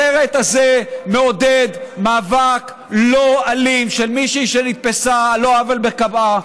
הסרט הזה מעודד מאבק לא אלים של מישהי שנתפסה על לא עוול בכפה,